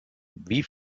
wie